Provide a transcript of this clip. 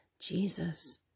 Jesus